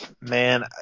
Man